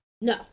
No